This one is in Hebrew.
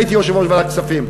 הייתי יושב-ראש ועדת כספים,